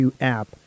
app